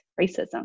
racism